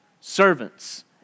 servants